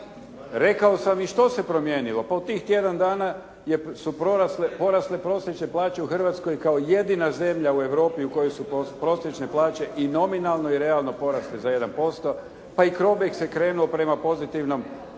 Rekao sam i što se promijenilo. Pa u tih tjedan dana su porasle prosječne plaće u Hrvatskoj kao jedina zemlja u Europi u kojoj su prosječne plaće i nominalno i realno porasle za 1%. Pa i CROBEX je krenuo prema pozitivnom,